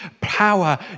power